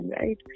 right